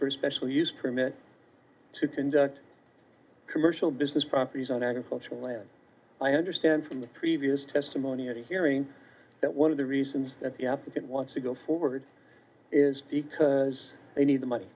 a special use permit to conduct commercial business properties on agricultural land i understand from the previous testimony at a hearing that one of the reasons that the applicant wants to go forward is as they need the money